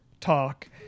talk